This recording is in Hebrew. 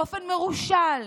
באופן מרושל,